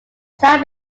town